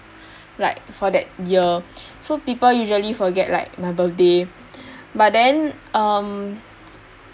like for that year so people usually forget like my birthday but then um